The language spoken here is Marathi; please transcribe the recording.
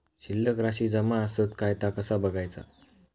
शिल्लक राशी जमा आसत काय ता कसा बगायचा?